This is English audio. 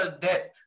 death